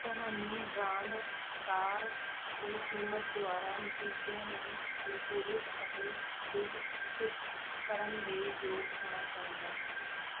ਤੁਹਾਨੂੰ ਬ੍ਰਾਂਡ ਆਕਾਰ ਅਤੇ ਕੀਮਤ ਦੁਆਰਾ ਨਤੀਜਿਆਂ ਨੂੰ ਅਨੁਕੂਲਿਤ ਅਤੇ ਵਿਵਸਥਿਤ ਕਰਨ ਦੇ ਯੋਗ ਹੋਣਾ ਚਾਹੀਦਾ ਹੈ